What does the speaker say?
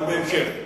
אבל בהמשך.